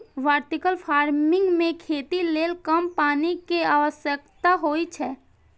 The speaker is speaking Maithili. वर्टिकल फार्मिंग मे खेती लेल कम पानि के आवश्यकता होइ छै